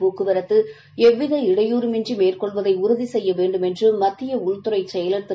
போக்குவரத்து எவ்வித இடையூரின்றி மேற்கொள்வதை உறுதி செய்ய வேண்டும் என்று மத்திய உள்துறை செயலர் திரு